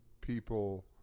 people